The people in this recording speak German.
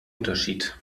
unterschied